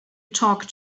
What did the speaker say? talk